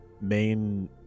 main